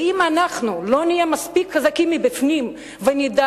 ואם אנחנו לא נהיה מספיק חזקים מבפנים ונדע